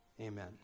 Amen